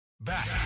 Back